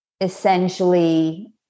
essentially